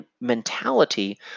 mentality